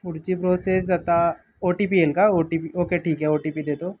पुढची प्रोसेस आता O T P येईल का ओ टी पी ओके ठीक आहे ओ टी पी देतो